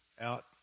out